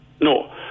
No